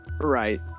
Right